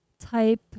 Type